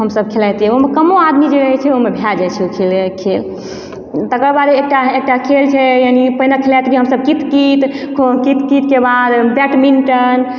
हमसब खेलाइत रहियइ ओहुमे कमो आदमी जे रहय छै ओहोमे भए जाइ छै उ खेल तकरबाद एकटा एकटा खेल छै यानी पहिने खेलाइत रहियइ हमसब कित कित कित कित के बाद बैटमिंटन